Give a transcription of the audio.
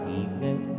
evening